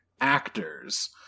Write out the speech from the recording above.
actors